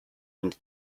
und